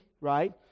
right